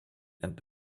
and